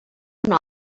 una